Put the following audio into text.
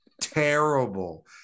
terrible